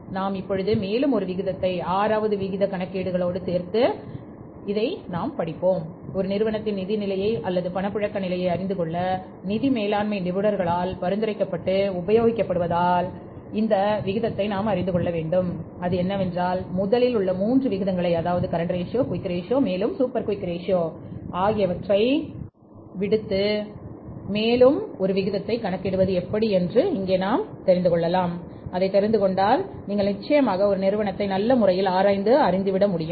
நாம் இப்பொழுது மேலும் ஒரு விகிதத்தை 6 விகித கணக்கீடு களோடு சேர்த்து படிக்க இருக்கிறோம் ஒரு நிறுவனத்தின் நிதி நிலைமையை அல்லது பண புழக்க நிலையை அறிந்துகொள்ள நிதி மேலாண்மை நிபுணர்களால் பரிந்துரைக்கப்பட்டு உபயோகப்படுத்துவதாக அமைந்துள்ளது அது என்னவென்றால் முதலில் உள்ள மூன்று விகிதங்களை அதாவது கரண்ட் ரேஷியோ நான் முன்னர் கூறியது விடுத்து மேலும் ஒரு விகிதத்தை கணக்கிடுவது எப்படி என்று இங்கே நான் கூற இருக்கிறேன் அதை தெரிந்து கொண்டால் நீங்கள் நிச்சயமாக ஒரு நிறுவனத்தை நல்ல முறையில் ஆராய்ந்து அறிந்து விட முடியும்